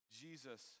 Jesus